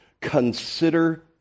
Consider